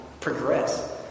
progress